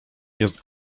jest